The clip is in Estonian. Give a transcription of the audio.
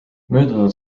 möödunud